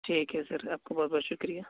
ٹھیک ہے سر آپ کا بہت بہت شکریہ